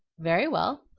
very well.